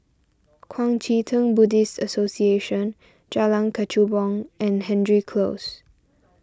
Kuang Chee Tng Buddhist Association Jalan Kechubong and Hendry Close